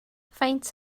faint